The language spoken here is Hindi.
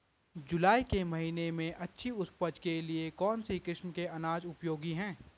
जुलाई के महीने में अच्छी उपज के लिए कौन सी किस्म के अनाज उपयोगी हैं?